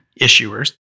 issuers